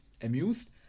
amused